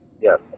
Yes